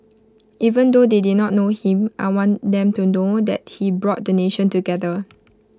even though they did not know him I want them to know that he brought the nation together